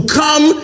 come